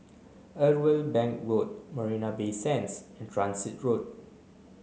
Irwell Bank Road Marina Bay Sands and Transit Road